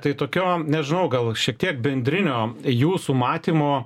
tai tokio nežinau gal šiek tiek bendrinio jūsų matymo